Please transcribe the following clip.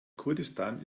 kurdistan